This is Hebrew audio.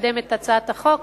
לקדם את הצעת החוק,